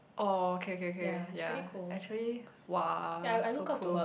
oh okay okay okay ya actually !wah! so cool